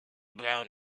blown